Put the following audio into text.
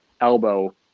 elbow